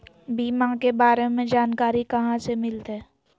बीमा के बारे में जानकारी कहा से मिलते?